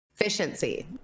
Efficiency